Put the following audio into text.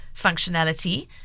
functionality